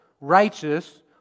righteous